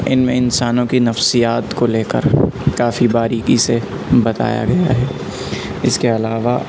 ان میں انسانوں کی نفسیات کو لے کر کافی باریکی سے بتایا گیا ہے اس کے علاوہ